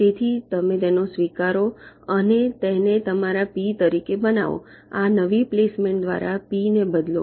તેથી તમે તેને સ્વીકારો અને તેને તમારા પી તરીકે બનાવો આ નવી પ્લેસમેન્ટ દ્વારા પી ને બદલો